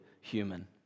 human